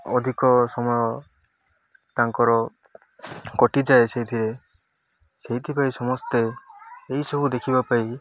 ଅଧିକ ସମୟ ତାଙ୍କର କଟିଯାଏ ସେଇଥିରେ ସେଇଥିପାଇଁ ସମସ୍ତେ ଏଇସବୁ ଦେଖିବା ପାଇଁ